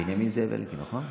בנימין זאב אלקין, נכון?